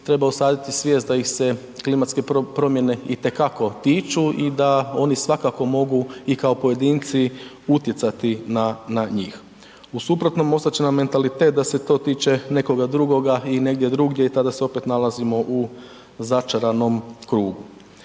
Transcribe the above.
treba usaditi svijest da ih se klimatske promjene i te kako tiču i da oni svakako mogu i kao pojedinci utjecati na njih. U suprotnom ostat će nam mentalitet da se to tiče nekoga drugoga i negdje drugdje i tada se opet nalazimo u začaranom krugu.